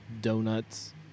donuts